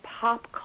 pop